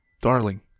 darling